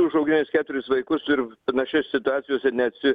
užauginęs keturis vaikus ir panašiose situacijose neatsi